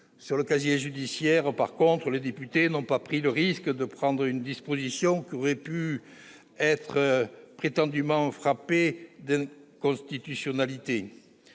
Sur le casier judiciaire, en revanche, les députés n'ont pas pris le risque d'adopter une disposition qui aurait pu être prétendument frappée « d'inconstitutionnalité